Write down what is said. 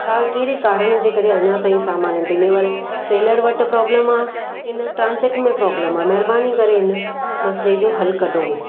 छा केहिड़े कारण जे करे अञा ताईं समान डिलीवर सेलर वटि प्रोब्लम आहे कीन ट्रांसज़ेक्ट में प्रोब्लम आहे महिरबानी करे हिन मसइले जो हलु कढ़ो